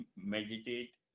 meditate